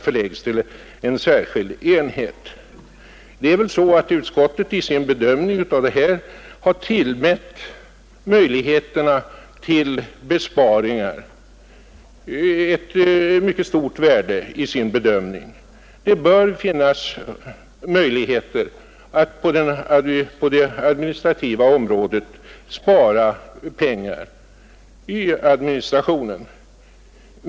förläggs till en särskild enhet.” Utskottet har i sin bedömning tillmätt möjligheterna till besparingar ett mycket stort värde. Det bör finnas möjligheter att på det administrativa området spara pengar i administrationen.